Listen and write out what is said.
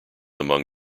among